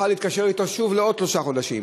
יוכל להתקשר אתו שוב לעוד שלושה חודשים,